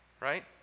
right